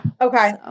Okay